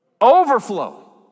Overflow